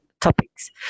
topics